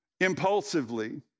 impulsively